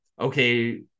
okay